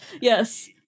yes